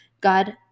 God